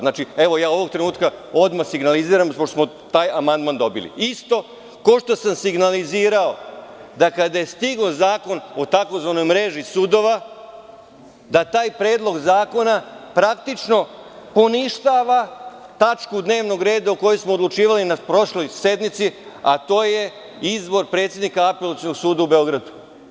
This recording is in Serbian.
Znači, ja evo ovog trenutka odmah signaliziram pošto smo taj amandman dobili, isto kao što sam signalizirao, da kada je stigao zakon o takozvanoj mreži sudova, da taj predlog zakona praktično poništava tačku dnevnog reda o kojoj smo odlučivali na prošloj sednici, a to je izbor predsednika Apelacionog suda u Beogradu.